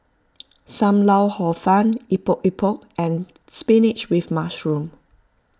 Sam Lau Hor Fun Epok Epok and Spinach with Mushroom